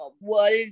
world